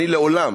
אני לעולם